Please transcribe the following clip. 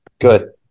Good